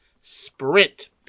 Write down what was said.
Sprint